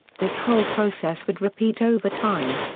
this whole process would repeat over time.